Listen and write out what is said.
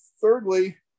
Thirdly